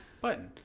button